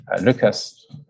Lucas